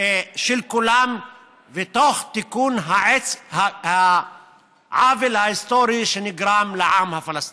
של כולם ותוך תיקון העוול ההיסטורי שנגרם לעם הפלסטיני.